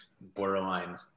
borderline